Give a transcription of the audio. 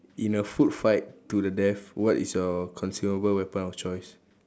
in a food fight to the death what is your consumable weapon of choice